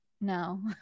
no